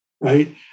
right